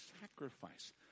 sacrifice